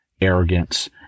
arrogance